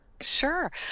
Sure